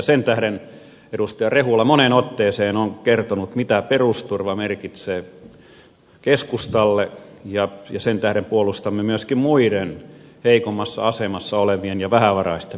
sen tähden edustaja rehula moneen otteeseen on kertonut mitä perusturva merkitsee keskustalle ja sen tähden puolustamme myöskin muiden heikommassa asemassa olevien ja vähävaraisten asemaa